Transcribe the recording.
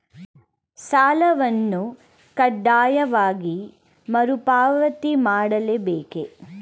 ಸಾಲವನ್ನು ಕಡ್ಡಾಯವಾಗಿ ಮರುಪಾವತಿ ಮಾಡಲೇ ಬೇಕೇ?